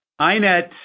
INET